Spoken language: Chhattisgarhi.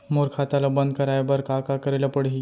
मोर खाता ल बन्द कराये बर का का करे ल पड़ही?